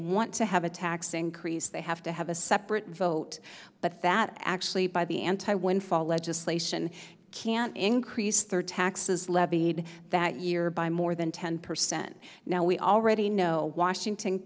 want to have a tax increase they have to have a separate vote but that actually by the anti windfall legislation can increase their taxes levied that year by more than ten percent now we already know washington